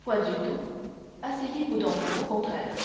point du tout asseyez-vous donc au contraire